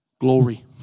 Glory